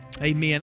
Amen